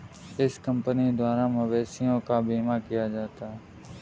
इस कंपनी द्वारा मवेशियों का बीमा किया जाता है